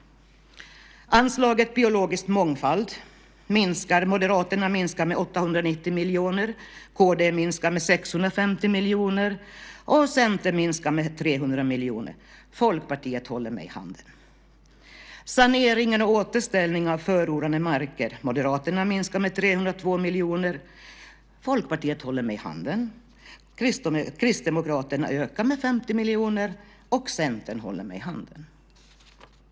Anslaget till biologisk mångfald vill Moderaterna minska med 890 miljoner, Kristdemokraterna med 650 miljoner, Centern med 300 miljoner, och Folkpartiet håller mig i handen. Anslaget till sanering och återställning av förorenade marker vill Moderaterna minska med 312 miljoner. Folkpartiet håller mig i handen. Kristdemokraterna vill öka det med 50 miljoner, och Centern håller mig i handen.